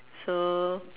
so